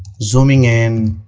zooming in,